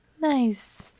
Nice